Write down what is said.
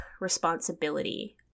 responsibility